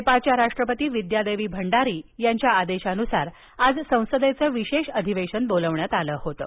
नेपाळच्या राष्ट्रपती विद्यादेवी भंडारी यांच्या आदेशानुसार आज संसदेचं विशेष अधिवेशन बोलाविण्यात आलं होतं